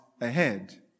ahead